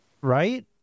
right